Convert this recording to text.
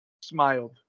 smiled